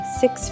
six